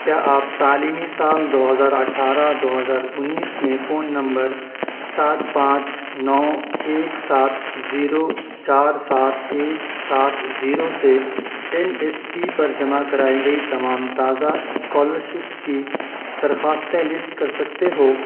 کیا آپ تعلیمی سال دو ہزار اٹھارہ دو ہزار انیس میں فون نمبر سات پانچ نو ایک سات زیرو چار سات ایک سات زیرو سے این ایس پی پر جمع کرائی گئی تمام تازہ اسکالر شف کی درخواستیں لیسٹ کر سکتے ہو